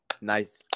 nice